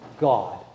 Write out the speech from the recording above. God